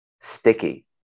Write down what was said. sticky